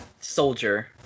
Soldier